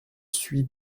suis